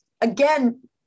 again